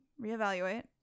reevaluate